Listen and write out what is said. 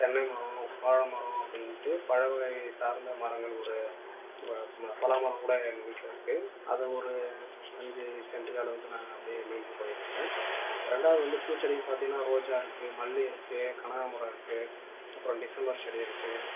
தென்னை மரம் வாழைமரம் அப்படின்ட்டு பழ வகை சார்ந்த மரங்கள் ஒரு ம ம பலாமரம் கூட எங்கள் வீட்டில் இருக்குது அதை ஒரு அஞ்சு சென்ட்டுக்கு அளவுக்கு நாங்கள் அப்படியே மெயின்டெய்ன் பண்ணிவிட்டு இருக்கேன் ரெண்டாவது வந்து பூச்செடின்னு பார்த்தீங்கனா ரோஜா இருக்குது மல்லிகை இருக்குது கனகாம்பரம் இருக்குது அப்புறம் டிசம்பர் செடி இருக்குது